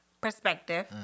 perspective